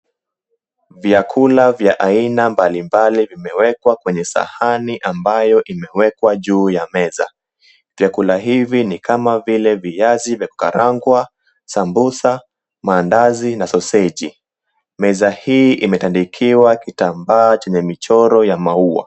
Vyakula vya aina mbali mbali vimewekwa kwenye sahani ambayo imewekwa juu ya meza. Vyakula hivi ni kama vile: viazi vya kukarangwa, sambusa, mandazi na soseji . Meza hii imetandikiwa kitamba chenye michoro ya maua.